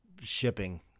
shipping